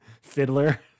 Fiddler